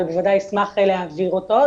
אבל בודאי אשמח להעביר אותו,